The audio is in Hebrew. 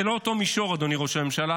זה לא אותו מישור, אדוני ראש הממשלה.